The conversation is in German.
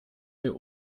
hier